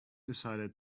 decided